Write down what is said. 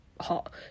hot